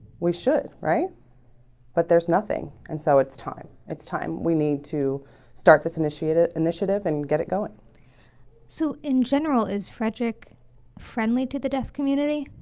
we should write but there's nothing and so it's time it's time we need to start this initiated initiative and get it going so in general is frederick friendly to the deaf community.